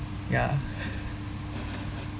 ya